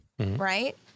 Right